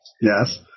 Yes